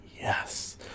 Yes